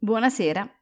Buonasera